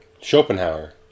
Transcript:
Schopenhauer